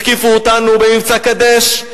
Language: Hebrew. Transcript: התקיפו אותנו במבצע "קדש",